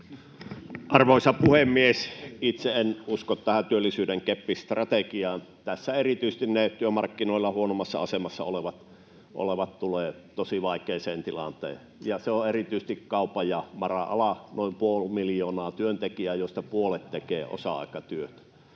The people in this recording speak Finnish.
Arvoisa puhemies! Itse en usko tähän työllisyyden keppistrategiaan. Tässä erityisesti ne työmarkkinoilla huonommassa asemassa olevat tulevat tosi vaikeaan tilanteeseen, erityisesti kaupan alalla ja mara-alalla, jossa on puoli miljoonaa työntekijää, joista puolet tekevät osa-aikatyötä,